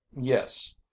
Yes